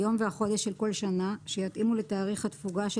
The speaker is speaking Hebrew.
היום והחודש של כל שנה שיתאימו לתאריך התפוגה של